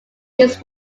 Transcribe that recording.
this